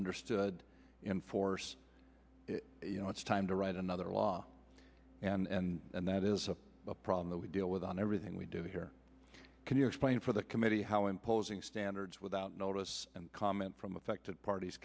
understood in force you know it's time to write another law and that is a problem that we deal with on everything we do here can you explain for the committee how imposing standards without notice and comment from affected parties